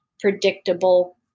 predictable